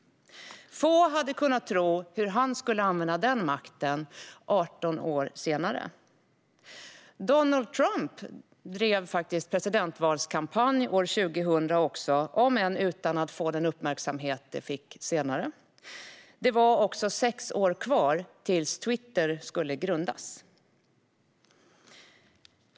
Få hade då kunnat ana hur han skulle använda den makten 18 år senare. Donald Trump drev faktiskt en presidentvalskampanj också år 2000, om än utan att få den uppmärksamhet han fick senare. Så var det också sex år kvar tills Twitter skulle grundas.